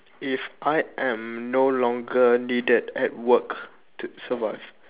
if I am no longer needed at work to so what